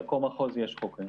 לכל מחוז יש חוקרים.